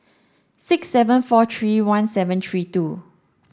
six seven four three one seven three two